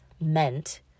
meant